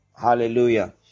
Hallelujah